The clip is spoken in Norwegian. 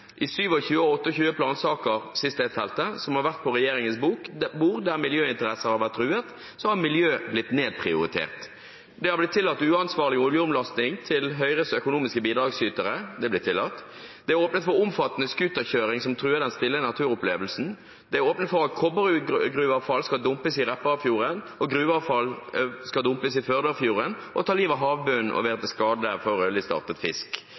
I 27 av 28 plansaker – sist jeg talte – som har vært på regjeringens bord, der miljøinteresser har vært truet, har miljøet blitt nedprioritert: Uansvarlig oljeomlasting til Høyres økonomiske bidragsytere er blitt tillatt. Det er åpnet for omfattende snøscooterkjøring som truer den stille naturopplevelsen. Det er åpnet for at kobbergruveavfall skal dumpes i Repparfjorden, og gruveavfall skal dumpes i Førdefjorden og ødelegge livet på havbunnen og være til skade for fiskearter på rødlisten. Det